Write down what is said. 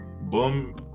Boom